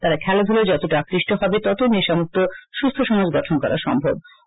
তারা খেলাধু লায় যতটা আকৃষ্ট হবে ততই নেশা মু ক্ত সু স্থ সমাজ গঠন করা সম্ভব হবে